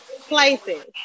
places